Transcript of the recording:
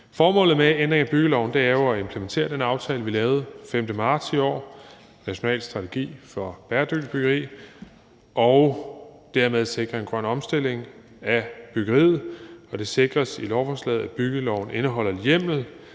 Formålet med ændringerne af byggeloven er jo at implementere den aftale, vi lavede den 5. marts i år, nemlig en national strategi for bæredygtigt byggeri, og dermed sikre en grøn omstilling af byggeriet. Det sikres i lovforslaget, at byggeloven indeholder hjemmel